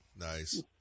Nice